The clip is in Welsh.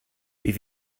bydd